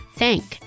thank